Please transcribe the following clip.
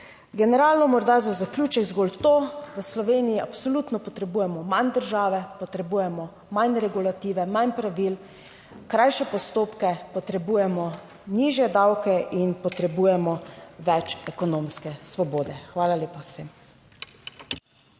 Generalno, morda za zaključek zgolj to, da v Sloveniji absolutno potrebujemo manj države, potrebujemo manj regulative, manj pravil, krajše postopke, potrebujemo nižje davke in potrebujemo več ekonomske svobode. Hvala lepa vsem.